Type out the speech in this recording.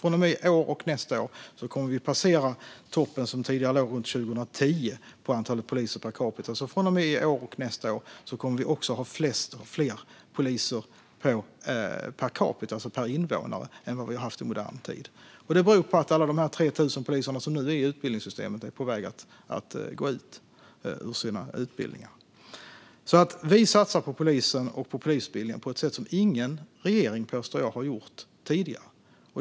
Från och med i år och nästa år kommer vi att passera den tidigare toppen 2010 och ha fler poliser per capita än vi har haft i modern tid. Det beror på att alla de 3 000 poliser som nu befinner sig i utbildningssystemet är på väg att gå ut. Vi satsar alltså på polisen och polisutbildningen på ett sätt som ingen regering, påstår jag, har gjort tidigare.